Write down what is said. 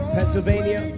Pennsylvania